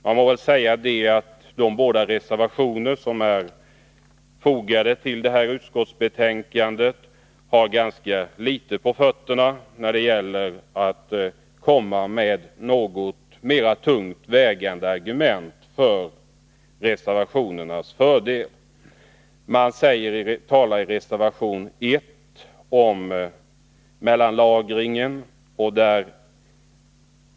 Jag må säga att reservanterna har dåligt på fötterna. De kommer inte med något tungt vägande argument för de båda reservationer som är fogade till detta utskottsbetänkande. I reservation 1 talas om mellanlagringen av miljöfarligt avfall.